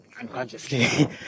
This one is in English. unconsciously